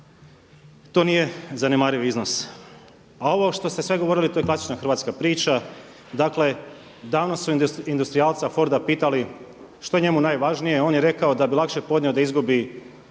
to nije zanemariv iznos. A ovo što ste sve govorili, to je klasična hrvatska priča. Dakle, danas su industrijalca Forda pitali što je njemu najvažnije, on je rekao da bi lakše podnio da izgubi